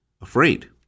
afraid